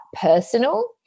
personal